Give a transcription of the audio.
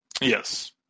yes